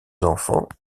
enfants